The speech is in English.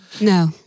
No